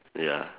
ya